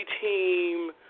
team